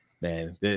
man